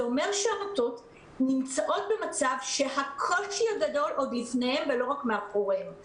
זה אומר שהעמותות נמצאות במצב שהקושי הגדול עוד לפניהן ולא רק מאחוריהן.